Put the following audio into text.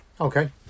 Okay